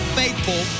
faithful